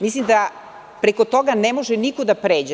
Mislim da preko toga ne može niko da pređe.